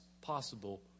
possible